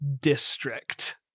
district